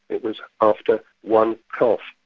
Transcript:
it was after one cough.